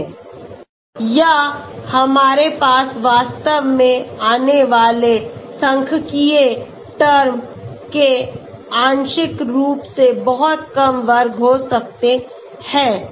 pKi ao a1 pKi ao a1 a2 a3 μi pKi ao a1 a2 a3 या हमारे पास वास्तव में आने वाले सांख्यिकीय टर्म के आंशिक रूप से बहुत कम वर्ग हो सकते हैं